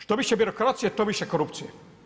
Što više birokracije, to više korupcije.